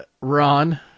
Ron